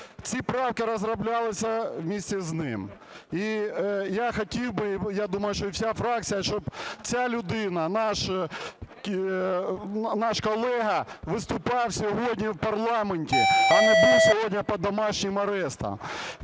Ці правки розроблялися разом з ним. І я хотів би, і думаю, що і вся фракція, щоб ця людина, наш колега виступав сьогодні у парламенті, а не був сьогодні під домашнім арештом.